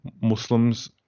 Muslims